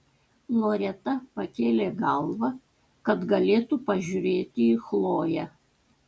loreta pakėlė galvą kad galėtų pažiūrėti į chloję